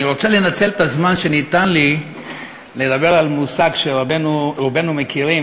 אני רוצה לנצל את הזמן שניתן לי לדבר על מושג שרובנו מכירים,